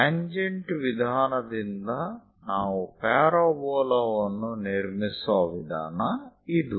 tangent ವಿಧಾನದಿಂದ ನಾವು parabola ವನ್ನು ನಿರ್ಮಿಸುವ ವಿಧಾನ ಇದು